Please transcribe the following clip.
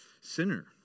sinner